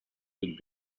root